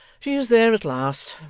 she is there at last!